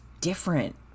different